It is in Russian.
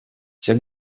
всех